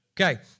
Okay